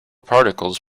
particles